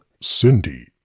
Cindy